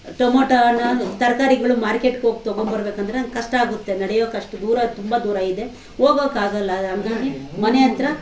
ಟೊಮೋಟೋನ ತರಕಾರಿಗಳು ಮಾರ್ಕೆಟ್ಕೆ ಹೋಗಿ ತಗೊಂಬರ್ಬೇಕು ಅಂದರೆ ಕಷ್ಟ ಆಗುತ್ತೆ ನಡಿಯೋಕ್ಕೆ ಅಷ್ಟು ದೂರ ತುಂಬಾ ದೂರ ಇದೆ ಹೋಗೋಕ್ಕೆ ಆಗೋಲ್ಲ ಹಂಗಾಗಿ ಮನೆ ಹತ್ರ